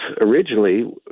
originally